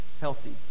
healthy